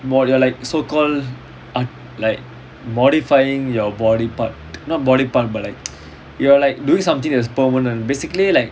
more you are like so call like modifying your body part not body part but like you are like doing something that's permanent basically like